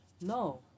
No